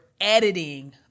editing